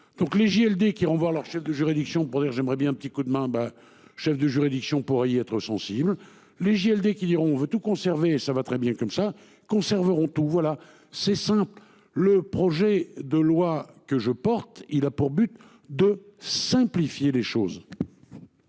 donc les JLD qui renvoie à leurs chefs de juridiction pour dire j'aimerais bien un petit coup de main ben chefs de juridiction pourrait y être sensibles. Les JLD qui liront veut tout conserver, et ça va très bien comme ça conserveront tout voilà c'est simple. Le projet de loi que je porte, il a pour but de simplifier les choses.